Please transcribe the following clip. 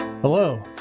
Hello